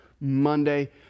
Monday